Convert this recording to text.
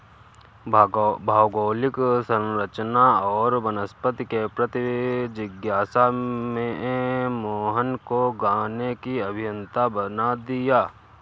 भौगोलिक संरचना और वनस्पति के प्रति जिज्ञासा ने मोहन को गाने की अभियंता बना दिया